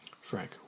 Frank